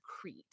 Crete